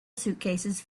suitcases